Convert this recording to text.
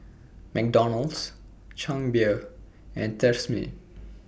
McDonald's Chang Beer and Tresemme